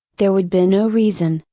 there would be no reason,